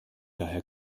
daher